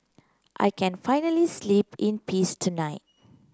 I can finally sleep in peace tonight